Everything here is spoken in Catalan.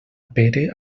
pere